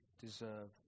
deserve